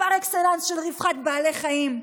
פר אקסלנס של רווחת בעלי החיים,